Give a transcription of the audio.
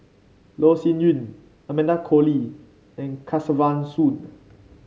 Loh Sin Yun Amanda Koe Lee and Kesavan Soon